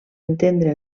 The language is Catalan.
entendre